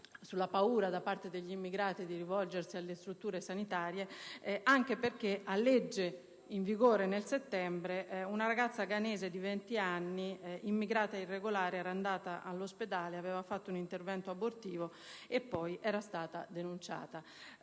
alla paura degli immigrati di rivolgersi alle strutture sanitarie. Sulla base della legge in vigore nel settembre scorso, una ragazza ghanese di 20 anni, immigrata irregolare, è andata all'ospedale per fare un intervento abortivo ed è stata denunciata.